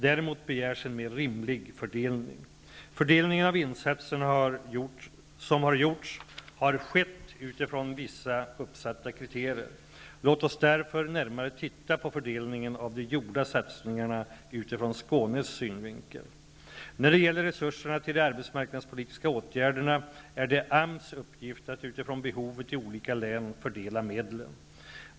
Däremot begärs en mer rimlig fördelning. Fördelningen av insatserna som har gjorts har skett utifrån vissa uppsatta kriterier. Låt oss därför närmare titta på fördelningen av de gjorda satsningarna utifrån Skånes synvinkel. När det gäller resurserna till de arbetsmarknadspolitiska åtgärderna är det AMS uppgift att utifrån behovet i olika län fördela medlen.